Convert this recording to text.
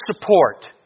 support